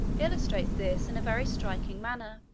illustrates this in a very striking manner.